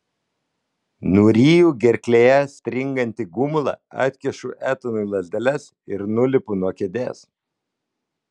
nuryju gerklėje stringantį gumulą atkišu etanui lazdeles ir nulipu nuo kėdės